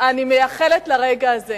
אני מייחלת לרגע הזה,